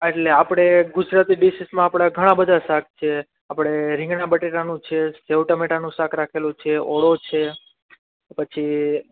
એટલે આપડે ગુજરાતી ડિશિસમાં આપડે ઘણાં બધા શાક છે આપડે રીગણા બટેકાનું છે સેવ ટમેટાંનું શાક રાખેલું છે ઓળો છે પછી